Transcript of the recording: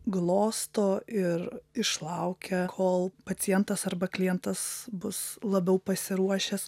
glosto ir išlaukia kol pacientas arba klientas bus labiau pasiruošęs